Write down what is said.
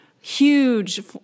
huge